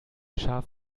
schaf